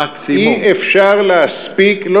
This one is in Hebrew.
אי-אפשר להספיק, מקסימום.